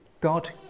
God